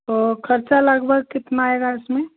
तो ख़र्चा लगभग कितना आएगा इसमें